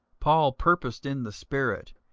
paul purposed in the spirit,